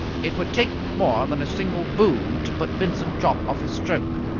it would take more than a single boo to put vincent jopp off his stroke.